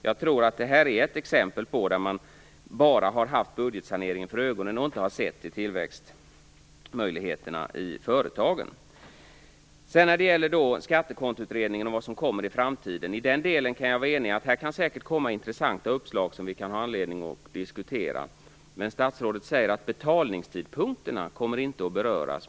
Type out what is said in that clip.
Jag tror att detta är ett exempel på att man bara haft budgetsaneringen för ögonen och inte sett till tillväxtmöjligheterna i företagen. Jag är enig med statsrådet om att det säkert kan komma intressanta uppslag i Skattekontoutredningen som vi kan ha anledning att diskutera. Statsrådet sade att betalningstidpunkterna inte kommer att beröras.